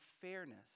fairness